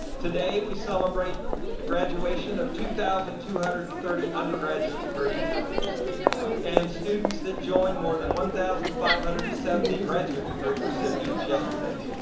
today we celebrate the graduation of two thousand two hundred and thirty undergraduate degrees and students that join more than one thousand five hundred and seventy graduate degree recipients yesterday.